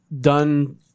done